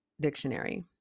Dictionary